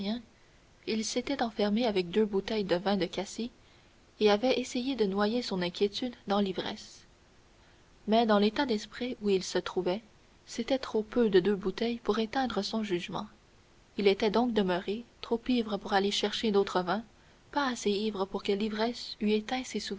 il s'était enfermé avec deux bouteilles de vin de cassis et avait essayé de noyer son inquiétude dans l'ivresse mais dans l'état d'esprit où il se trouvait c'était trop peu de deux bouteilles pour éteindre son jugement il était donc demeuré trop ivre pour aller chercher d'autre vin pas assez ivre pour que l'ivresse eût éteint